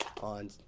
on